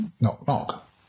knock-knock